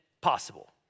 possible